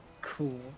cool